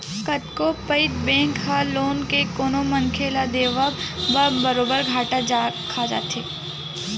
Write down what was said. कतको पइत बेंक ह लोन के कोनो मनखे ल देवब म बरोबर घाटा खा जाथे